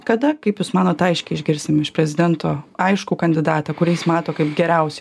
kada kaip jūs manot aiškiai išgirsim iš prezidento aiškų kandidatą kurį jis mato kaip geriausią